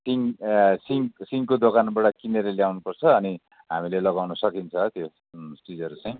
सिङको दोकानबाट किनेर ल्याउनु पर्छ अनि हामीले लगाउन सकिन्छ त्यो चिजहरू चाहिँ